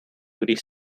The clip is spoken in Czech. když